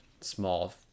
small